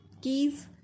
Keys